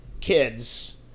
Kids